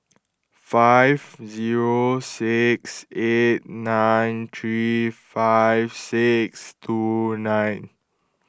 five zero six eight nine three five six two nine